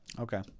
Okay